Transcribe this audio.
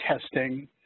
testing